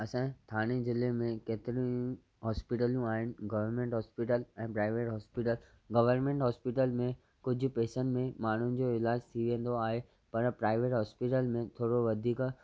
असांजे थाणे जिले में केतिरियूं ई हॉस्पिटलूं आहिनि गवर्मेन्ट हॉस्पीटल ऐं प्राइवेट हॉस्पीटल गवर्मेन्ट हॉस्पीटल में कुझु पेसनि में माण्हुनि जो इलाजु थी वेंदो आहे पर प्राइवेट हॉस्पीटल में थोरो वधीक